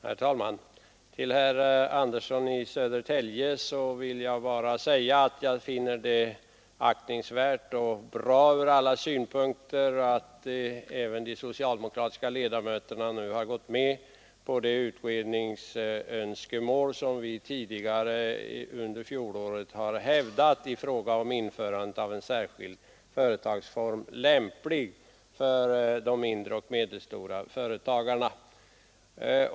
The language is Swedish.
Herr talman! Till herr Andersson i Södertälje vill jag säga att jag finner det aktningsvärt och bra ur alla synpunkter att även de socialdemokratiska ledamöterna nu stöder det utredningsönskemål som vi tidigare, under fjolåret, hävdade i fråga om införandet av en särskilt lämplig företagsform för de mindre och medelstora företagen.